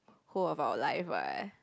whole of our life what